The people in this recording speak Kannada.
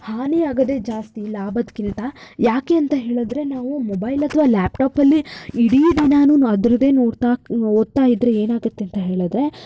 ಹಾನಿಯಾಗೋದೆ ಜಾಸ್ತಿ ಲಾಭಕ್ಕಿಂತ ಯಾಕೆ ಅಂತ ಹೇಳಿದ್ರೆ ನಾವು ಮೊಬೈಲ್ ಅಥವಾ ಲ್ಯಾಪ್ಟಾಪಲ್ಲಿ ಇಡೀ ದಿನಾನೂ ನಾವು ಅದರದ್ದೇ ನೋಡ್ತಾ ಓದ್ತಾ ಇದ್ದರೆ ಏನಾಗುತ್ತೆ ಅಂತ ಹೇಳಿದ್ರೆ